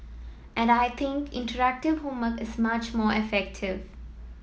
and I think interactive homework is much more effective